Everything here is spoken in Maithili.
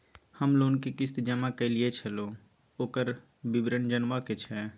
हम लोन के किस्त जमा कैलियै छलौं, ओकर विवरण जनबा के छै?